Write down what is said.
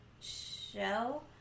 Show